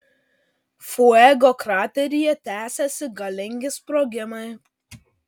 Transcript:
fuego krateryje tęsiasi galingi sprogimai